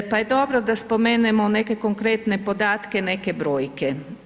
Pa je dobro da spomenemo neke konkretne podatke, neke brojke.